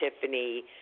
Tiffany